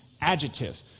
adjective